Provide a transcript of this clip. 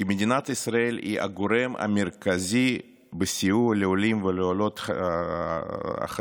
כי מדינת ישראל היא הגורם המרכזי בסיוע לעולים ולעולות החדשים,